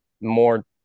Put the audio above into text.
More